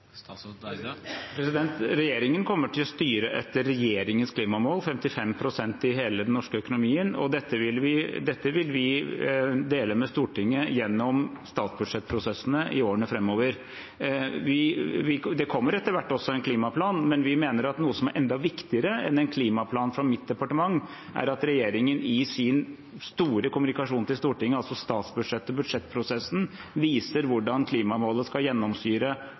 Regjeringen kommer til å styre etter regjeringens klimamål, 55 pst. i hele den norske økonomien, og dette vil vi dele med Stortinget gjennom statsbudsjettprosessene i årene framover. Det kommer etter hvert også en klimaplan, men vi mener at noe som er enda viktigere enn en klimaplan fra mitt departement, er at regjeringen i sin store kommunikasjon til Stortinget, altså statsbudsjettet og budsjettprosessen, viser hvordan klimamålet skal